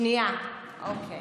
שנייה, אוקיי,